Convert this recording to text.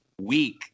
week